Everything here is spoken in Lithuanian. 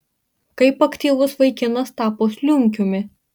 kaip aktyvus vaikinas tapo slunkiumi